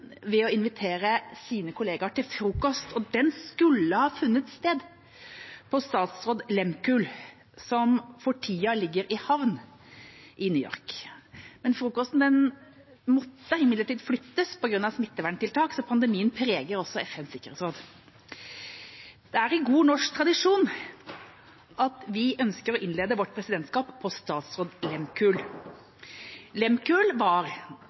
ved å invitere sine kolleger til frokost. Den skulle ha funnet sted på seilskuten «Statsraad Lehmkuhl», som for tida ligger i havn i New York. Frokosten måtte imidlertid flyttes på grunn av smitteverntiltak. Pandemien preger også arbeidet i FNs sikkerhetsråd. Det er i god norsk tradisjon at vi ønsket å innlede vårt presidentskap på «Statsraad Lehmkuhl». Lehmkuhl var